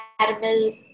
caramel